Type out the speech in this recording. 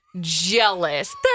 Jealous